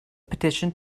petition